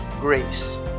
grace